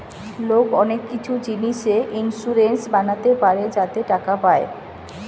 লোক অনেক কিছু জিনিসে ইন্সুরেন্স বানাতে পারে যাতে টাকা পায়